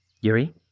Yuri